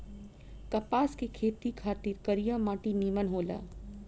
कपास के खेती खातिर करिया माटी निमन होला